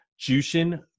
Jushin